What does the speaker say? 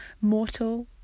mortal